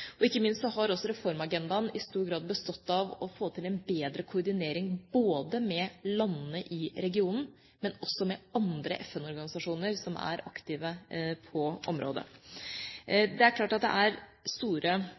til. Ikke minst har reformagendaen i stor grad bestått av å få til en bedre koordinering både med landene i regionen og også med andre FN-organisasjoner som er aktive i området. Det er klart at det gjenstår